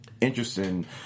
interesting